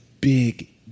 big